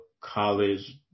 college